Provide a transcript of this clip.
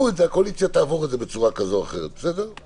יש רצון עז של הקניונים, ובצדק רב, להצליח.